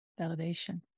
Validation